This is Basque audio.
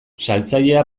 saltzailea